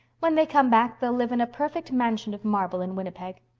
when they come back they'll live in a perfect mansion of marble in winnipeg.